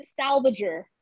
salvager